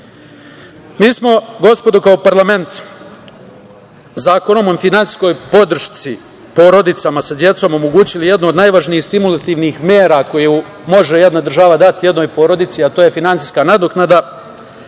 smo, gospodo, kao parlament Zakonom o finansijskoj podršci porodicama sa decom omogućili jednu od najvažnijih stimulativnih mera koju može jedna država dati jednoj porodici, a to je finansijska nadoknada